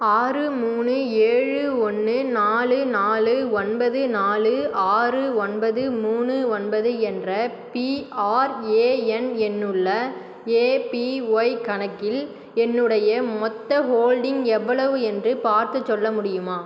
ஆறு மூணு ஏழு ஒன்று நாலு நாலு ஒன்பது நாலு ஆறு ஒன்பது மூணு ஒன்பது என்ற பிஆர்ஏஎன் எண்ணுள்ள ஏபிஒய் கணக்கில் என்னுடைய மொத்த ஹோல்டிங் எவ்வளவு என்று பார்த்துச் சொல்ல முடியுமா